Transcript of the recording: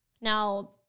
Now